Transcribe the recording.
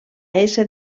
ésser